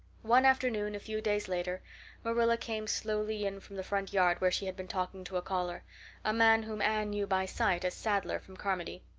one afternoon a few days later marilla came slowly in from the front yard where she had been talking to a caller a man whom anne knew by sight as sadler from carmody.